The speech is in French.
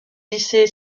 lycée